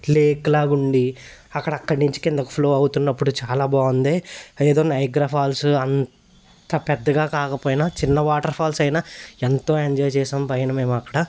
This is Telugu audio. లేక్లాగా ఉండి అక్కడ అక్కడి నుంచి కిందకి ఫ్లో అవుతున్నప్పుడు చాలా బాగుంది ఏదో నయాగరా ఫాల్స్ అంత పెద్దగా కాకపోయినా చిన్న వాటర్ ఫాల్స్ అయినా ఎంతో ఎంజాయ్ చేసాం పైన మేము అక్కడ